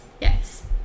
Yes